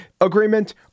agreement